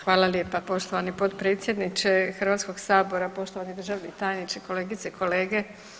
Hvala lijepa poštovani potpredsjedniče Hrvatskog sabora, poštovani državni tajniče, kolegice i kolege.